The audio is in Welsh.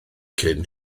cyn